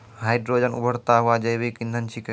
hydrogen उभरता हुआ जैविक इंधन छिकै